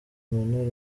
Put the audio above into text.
emmanuel